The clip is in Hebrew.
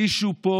מישהו פה